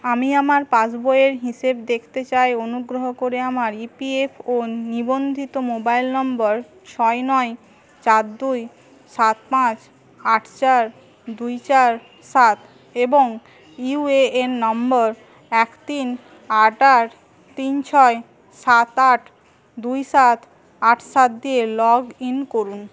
আমি আমার পাস বইয়ের হিসেব দেখতে চাই অনুগ্রহ করে আমার ইপিএফও নিবন্ধিত মোবাইল নম্বর ছয় নয় চার দুই সাত পাঁচ আট চার দুই চার সাত এবং ইউএএন নম্বর এক তিন আট আট তিন ছয় সাত আট দুই সাত আট সাত দিয়ে লগ ইন করুন